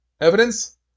evidence